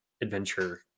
adventure